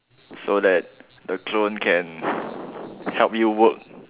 so that the clone can help you work